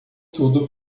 tudo